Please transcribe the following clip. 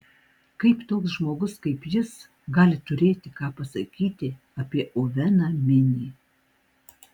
kaip toks žmogus kaip jis gali turėti ką pasakyti apie oveną minį